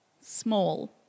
Small